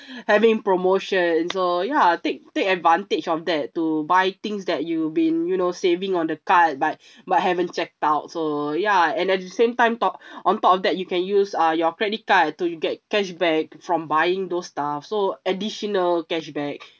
having promotion so ya take take advantage of that to buy things that you've been you know saving on the cart but but haven't checked out so ya and at the same time top on top of that you can use uh your credit card to get cashback from buying those stuff so additional cashback